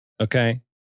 okay